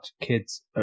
kids